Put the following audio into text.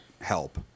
help